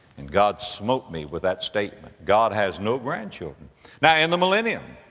and god smote me with that statement, god has no grandchildren now in the millennium,